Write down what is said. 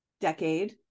decade